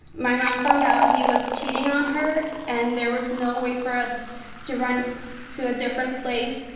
my mom found out he was cheating on her and there was no way for us to rent to a different place.